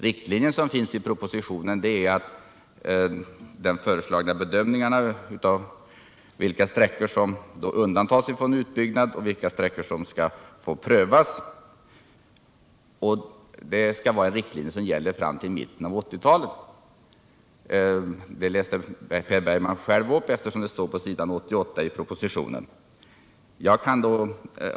Riktlinjerna i propositionen är förslaget om vilka sträckor som undantas från utbyggnad och vilka som får prövas — det skall vara de riktlinjer som gäller fram till mitten av 1980-talet. Det läste Per Bergman själv upp. Det står på s. 88 i propositionen.